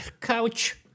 couch